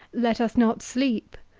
let us not sleep,